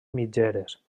mitgeres